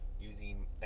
using